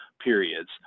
periods